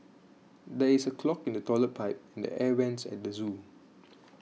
there is a clog in the Toilet Pipe and the Air Vents at the zoo